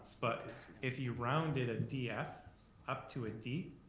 but if you rounded a d f up to a d,